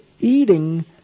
eating